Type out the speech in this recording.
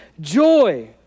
joy